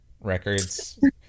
Records